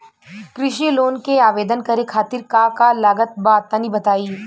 कृषि लोन के आवेदन करे खातिर का का लागत बा तनि बताई?